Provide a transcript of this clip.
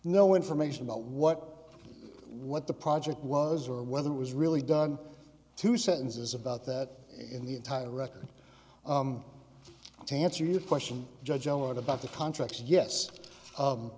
no information about what what the project was or whether it was really done two sentences about that in the entire record to answer your question judge a lot about the contract yes